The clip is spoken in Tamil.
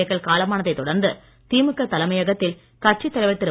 ஏக்கள் காலமானதைத் தொடர்ந்து திமுக தலைமையகத்தில் கட்சித் தலைவர் திரு